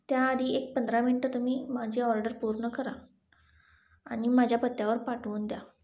त्या आधी एक पंधरा मिंटं तुम्ही माझी ऑर्डर पूर्ण करा आणि माझ्या पत्त्यावर पाठवून द्या